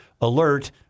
Alert